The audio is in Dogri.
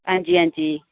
हां जी हां जी